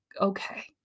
okay